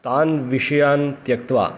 तान् विषयान् त्यक्त्वा